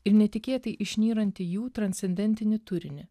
ir netikėtai išnyrantį jų transcendentinį turinį